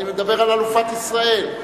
אני מדבר על אלופת ישראל.